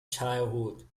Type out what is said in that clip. childhood